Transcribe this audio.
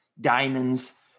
diamonds